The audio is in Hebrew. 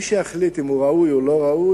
מי שיחליט אם הוא ראוי או לא ראוי